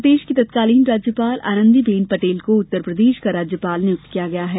प्रदेश की तत्कालीन राज्यपाल आनंदीबेन पटेल को उत्तरप्रदेश का राज्यपाल नियुक्त किया गया है